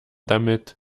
damit